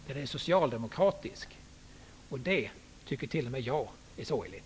Den är socialdemokratisk, och det tycker t.o.m. jag är sorgligt.